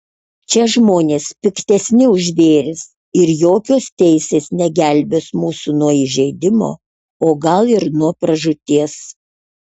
čia žmonės piktesni už žvėris ir jokios teisės negelbės mūsų nuo įžeidimo o gal ir nuo pražūties